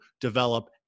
develop